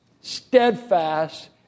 steadfast